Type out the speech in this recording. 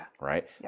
right